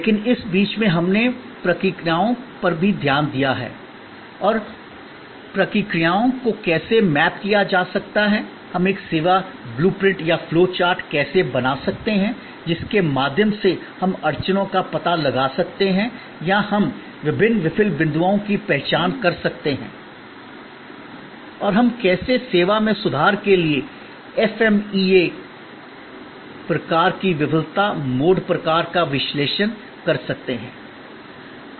लेकिन इस बीच में हमने प्रक्रियाओं पर भी ध्यान दिया है और प्रक्रियाओं को कैसे मैप किया जा सकता है हम एक सेवा ब्लू प्रिंट या फ्लो चार्ट कैसे बना सकते हैं जिसके माध्यम से हम अड़चनों का पता लगा सकते हैं या हम विभिन्न विफल बिंदुओं की पहचान कर सकते हैं और हम कैसे सेवा में सुधार के लिए FMEA प्रकार की विफलता मोड प्रकार का विश्लेषण कर सकते हैं